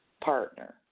partner